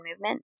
movement